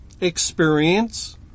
experience